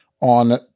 on